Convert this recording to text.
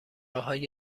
های